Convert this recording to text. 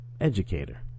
educator